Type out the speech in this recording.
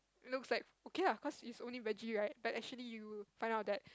looks like okay lah cause it's only vege right but actually you will find out that